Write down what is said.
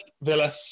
Villa